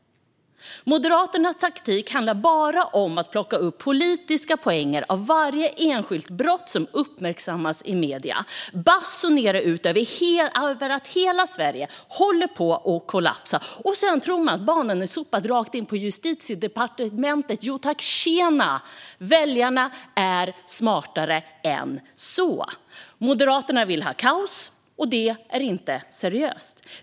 Moderaternas taktik handlar bara om att plocka politiska poänger av varje enskilt brott som uppmärksammas i medierna, basunera ut att hela Sverige håller på att kollapsa, och sedan tror man att banan är sopad rakt in på Justitiedepartementet. Jo tack, tjena! Väljarna är smartare än så. Moderaterna vill ha kaos, och det är inte seriöst.